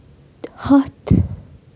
ہتھ